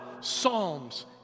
Psalms